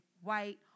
white